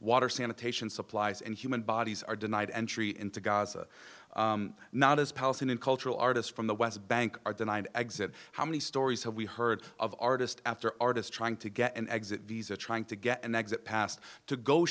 water sanitation supplies and human bodies are denied entry into gaza not as palestinian cultural artists from the west bank are denied exit how many stories have we heard of artist after artist trying to get an exit visa trying to get an exit past to go